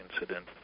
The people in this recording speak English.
Incident